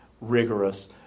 rigorous